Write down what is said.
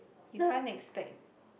you can't expect